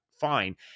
fine